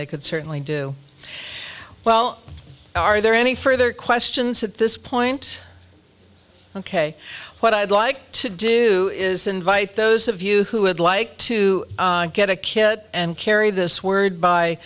they could certainly do well are there any further questions at this point ok what i'd like to do is invite those of you who would like to get a kit and carry this word by